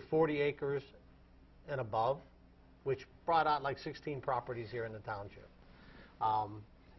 to forty acres and above which brought out like sixteen properties here in the township